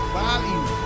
value